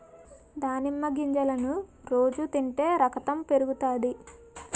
దానిమ్మ గింజలను రోజు తింటే రకతం పెరుగుతాది